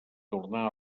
tornar